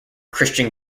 christian